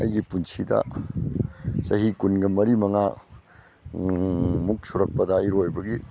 ꯑꯩꯒꯤ ꯄꯨꯟꯁꯤꯗ ꯆꯍꯤ ꯀꯨꯟꯒ ꯃꯔꯤ ꯃꯉꯥ ꯃꯨꯛ ꯁꯨꯔꯛꯄꯗ ꯏꯔꯣꯏꯕꯒꯤ